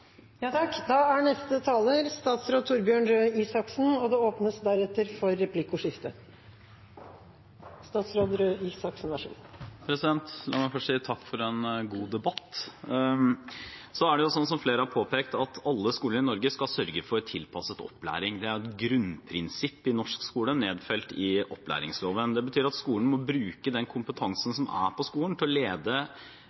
for alle. La meg først si takk for en god debatt. Det er jo slik, som flere har påpekt, at alle skoler i Norge skal sørge for tilpasset opplæring. Det er et grunnprinsipp i norsk skole, nedfelt i opplæringsloven. Det betyr at skolen må bruke den kompetansen